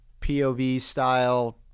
POV-style